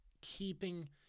keeping